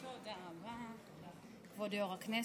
תודה רבה, כבוד יושב-ראש הכנסת.